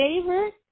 favorite